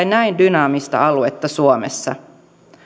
näin dynaamista aluetta suomessa